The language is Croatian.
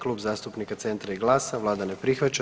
Klub zastupnika Centra i GLAS-a vlada ne prihvaća.